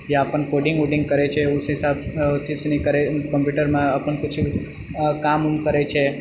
यऽ अपन कोडिङ्ग वोडिंग करैछे उसके साथ अथि सनि करै कम्प्यूटरमे अपन किछु काम वूम करैछे